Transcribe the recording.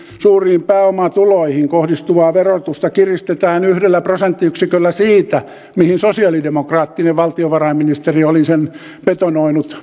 suuriin pääomatuloihin kohdistuvaa verotusta kiristetään yhdellä prosenttiyksiköllä siitä mihin sosialidemokraattinen valtiovarainministeri oli sen betonoinut